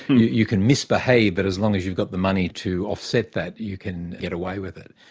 you you can misbehave, but as long as you've got the money to offset that you can get away with it.